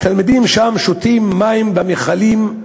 תלמידים שם שותים מי נחלים,